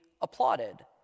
applauded